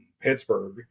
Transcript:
Pittsburgh